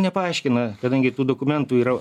nepaaiškina kadangi tų dokumentų yra